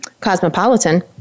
Cosmopolitan